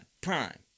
Prime